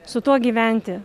su tuo gyventi